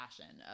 passion